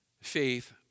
faith